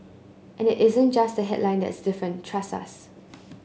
and it isn't just the headline that's different trust us